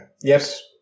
Yes